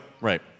right